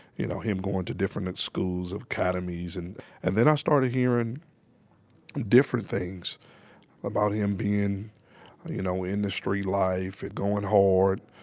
you know, him goin' to different schools academies. and and then, i started hearing different things about him being you know, in the street life and going hard.